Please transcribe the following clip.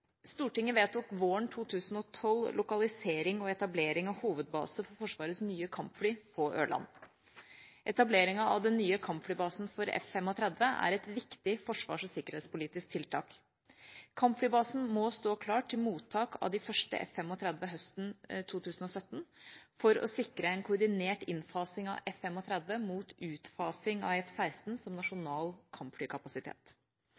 Stortinget vedtok våren 2012 lokalisering og etablering av hovedbase for Forsvarets nye kampfly på Ørlandet. Etableringa av den nye kampflybasen for F-35 er et viktig forsvars- og sikkerhetspolitisk tiltak. Kampflybasen må stå klar til mottak av de første F-35 høsten 2017 for å sikre en koordinert innfasing av F-35 mot utfasing av F-16 som